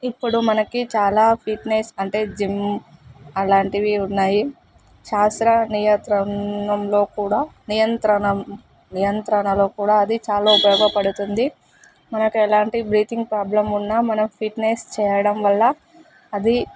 ఇప్పుడు మనకి చాలా ఫిట్నెస్ అంటే జిమ్ అలాంటివి ఉన్నాయి శాస్త్రనియంత్రణలో కూడా నియంత్రణం నియంత్రణలో కూడా అది చాలా ఉపయోగపడుతుంది మనకు ఎలాంటి బ్రీతింగ్ ప్రోబ్లం ఉన్న మనం ఫిట్నెస్ చేయడం వల్ల అది